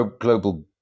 global